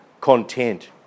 content